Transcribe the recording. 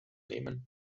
nehmen